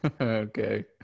Okay